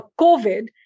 covid